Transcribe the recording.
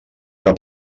que